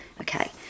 Okay